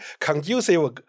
conducive